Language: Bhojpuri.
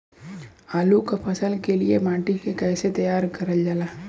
आलू क फसल के लिए माटी के कैसे तैयार करल जाला?